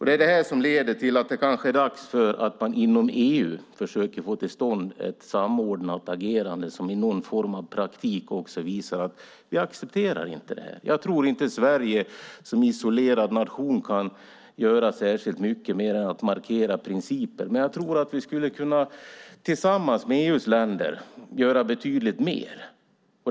Det är detta som leder till tanken att det kanske är dags att man inom EU försöker få till stånd ett samordnat agerande som också i någon form av praktik visar att vi inte accepterar detta. Jag tror inte att Sverige som isolerad nation kan göra särskilt mycket mer än att markera principer, men jag tror att vi tillsammans med EU:s länder skulle kunna göra betydligt mer.